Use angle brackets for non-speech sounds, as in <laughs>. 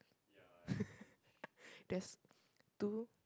<laughs> there's two